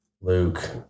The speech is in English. Luke